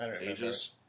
ages